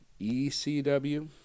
ECW